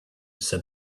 said